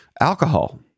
alcohol